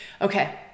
Okay